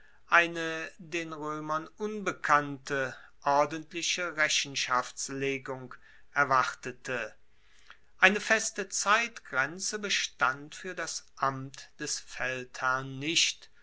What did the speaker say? eine den roemern unbekannte ordentliche rechenschaftslegung erwartete eine feste zeitgrenze bestand fuer das amt des feldherrn nicht